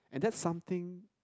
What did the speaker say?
and that's something